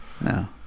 no